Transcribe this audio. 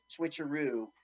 switcheroo